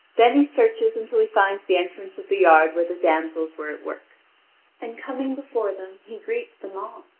then he searches until he finds the entrance of the yard where the damsels were at work and coming before them, he greets them all,